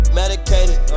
medicated